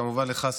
וכמובן לך,